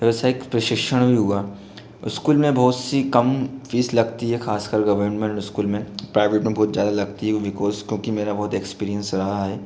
वैसा एक प्रशिशण भी हुआ उस्कूल में बहुत सी कम फ़ीस लगती है खासकर गवर्नमेंट इस्कूल में प्राइवेट में बहुत ज़्यादा लगती है बिकॉज़ क्योंकि मेरा बहुत एक्सपीरियंस रहा है